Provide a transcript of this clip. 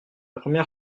première